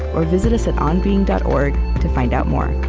or visit us at onbeing dot org to find out more